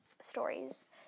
stories